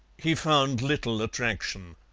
he found little attraction.